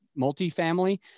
multifamily